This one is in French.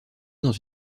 dans